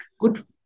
good